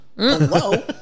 Hello